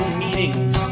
meetings